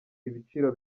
ibiciro